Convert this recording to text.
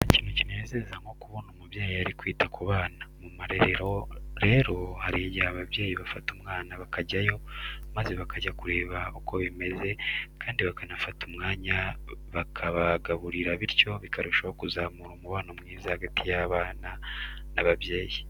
Nta kintu kinezeza nko kubona umubyeyi ari kwita ku bana. Mu marerero rero hari igihe ababyeyi bafata umwanya bakajyayo maze bakajya kureba uko bimeze kandi bakanafata umwanya bakabagaburira bityo bikarushaho kuzamura umubano mwiza hagati y'abana n'ababyeyi.